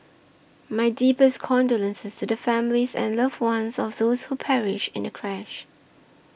my deepest condolences to the families and loved ones of those who perished in the crash